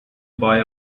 buy